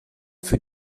für